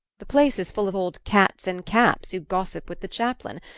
the place is full of old cats in caps who gossip with the chaplain.